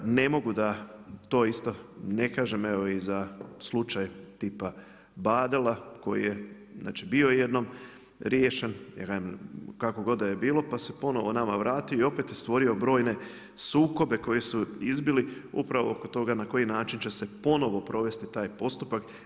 Ne mogu da to isto ne kažem evo i za slučaj tipa Badela koji je bio znači bio je jednom riješen, jedan, kako god da je bilo, pa se ponovno nama vrati i opet je stvorio brojne sukobe koji su izbili upravo od toga na koji način će se ponovno provesti taj postupak.